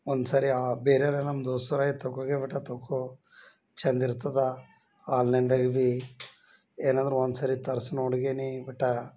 ಒಂದು ಸರಿ ಆ ಬೇರೆಯವ್ರೆ ನಮ್ಮ ದೋಸ್ತರೆ ಆಯ್ತು ತೊಗೋ ಬೆಟಾ ತೊಗೋ ಚೆಂದಿರ್ತದೆ ಆನ್ಲೈನ್ದಾಗ ಭಿ ಏನಾದ್ರು ಒಂದು ಸರಿ ತರ್ಸಿ ನೋಡ್ಗೆನೆ ಬಿಟ್ಟಾ